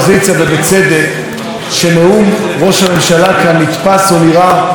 שנאום ראש הממשלה כאן נתפס או נראה כמו נאום סיכום,